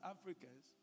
Africans